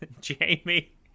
Jamie